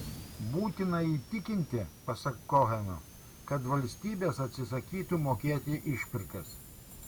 būtina įtikinti pasak koheno kad valstybės atsisakytų mokėti išpirkas